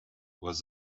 was